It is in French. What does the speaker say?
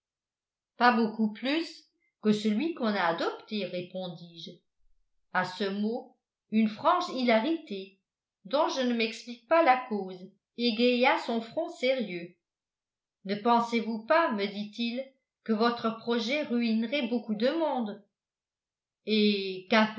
pas beaucoup plus que celui qu'on a adopté répondis-je à ce mot une franche hilarité dont je ne m'explique pas la cause égaya son front sérieux ne pensez-vous pas me dit-il que votre projet ruinerait beaucoup de monde eh